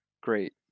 great